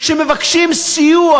שמבקשים סיוע,